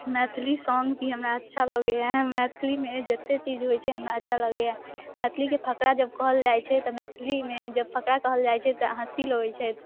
Maithili song भी हमरा अच्छा लगैए मैथिलीमे जतेक चीज होइत छै हमरा अच्छा लगैए मैथिलीके फकरा जब कहल जाइत छै तब मैथिलीमे जब फकरा कहल जाइत छै तऽ हँसी लगैत छथि